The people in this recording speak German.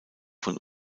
von